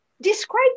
describe